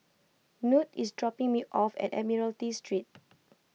Knute is dropping me off at Admiralty Street